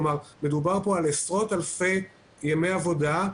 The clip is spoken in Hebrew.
כלומר מדובר על עשרות ימי עבודה,